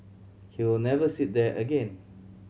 he will never sit there again